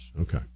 okay